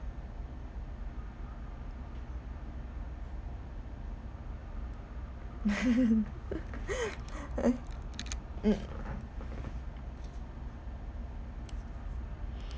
mm